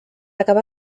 acabar